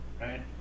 Right